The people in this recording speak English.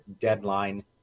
deadline